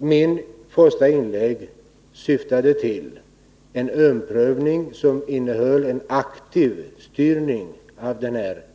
Mitt första inlägg syftade till en omprövning som innebar en aktiv styrning av